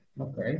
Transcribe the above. okay